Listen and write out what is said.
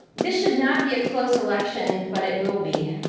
this should not be a close election but it will be.